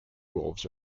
wolves